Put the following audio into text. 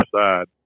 side